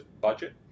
budget